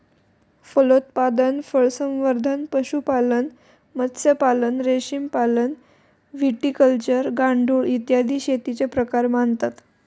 फलोत्पादन, फळसंवर्धन, पशुपालन, मत्स्यपालन, रेशीमपालन, व्हिटिकल्चर, गांडूळ, इत्यादी शेतीचे प्रकार मानतात